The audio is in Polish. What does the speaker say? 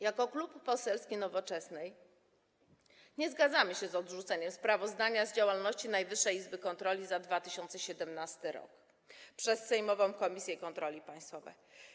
Jako Klub Poselski Nowoczesna nie zgadzamy się z odrzuceniem sprawozdania z działalności Najwyższej Izby Kontroli za 2017 r. przez sejmową komisję kontroli państwowej.